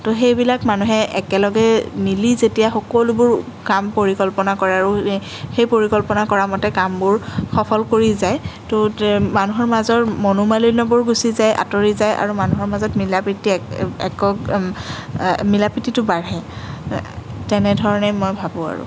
তো সেইবিলাক মানুহে একেলগে মিলি যেতিয়া সকলোবোৰ কাম পৰিকল্পনা কৰাৰো সেই পৰিকল্পনা কৰা মতে কামবোৰ সফল কৰি যায় তো মানুহৰ মাজৰ মনোমালিন্যবোৰ গুচি যায় আঁতৰি যায় আৰু মানুহৰ মাজত মিলা প্ৰীতি এক মিলা প্ৰীতিটো বাঢ়ে তেনেধৰণে মই ভাবোঁ আৰু